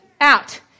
out